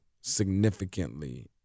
significantly